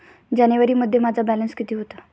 जानेवारीमध्ये माझा बॅलन्स किती होता?